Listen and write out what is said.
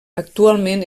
actualment